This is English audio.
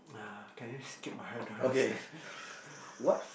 uh can you skip I don't don't understand